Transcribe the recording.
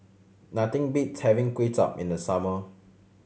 nothing beats having Kuay Chap in the summer